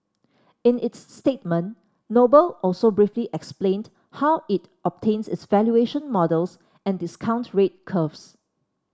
in its statement Noble also briefly explained how it obtains its valuation models and discount rate curves